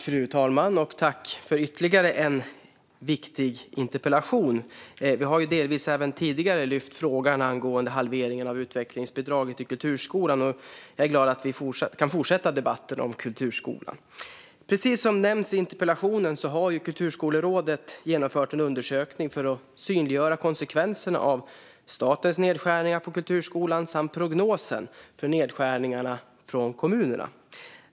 Fru talman! Tack, statsrådet, för ytterligare en viktig interpellationsdebatt! Vi har ju delvis även tidigare lyft frågan om halveringen av utvecklingsbidraget till kulturskolan, och jag är glad över att vi kan fortsätta debatten om kulturskolan. Precis som nämns i interpellationen har ju Kulturskolerådet genomfört en undersökning för att synliggöra konsekvenserna av statens nedskärningar på kulturskolan samt prognosen för nedskärningarna på kommunerna.